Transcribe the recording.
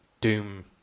doom